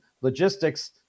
logistics